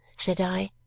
said i,